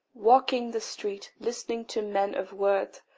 walking the street, listening to men of worth,